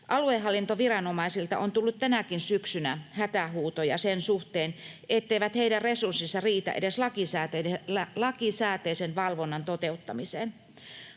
Aluehallintoviranomaisilta on tullut tänäkin syksynä hätähuutoja sen suhteen, etteivät heidän resurssinsa riitä edes lakisääteisen valvonnan toteuttamiseen.